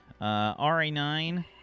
RA9